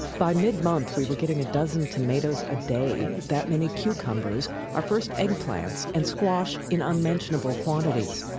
by mid-month, we were getting a dozen tomatoes a day, that many cucumbers, our first eggplants, and squash in unmentionable quantities.